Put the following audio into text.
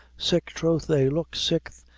sick troth they look sick,